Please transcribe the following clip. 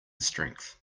strength